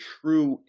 true